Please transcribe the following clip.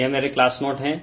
यह मेरे class note हैं